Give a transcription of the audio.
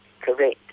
correct